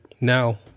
now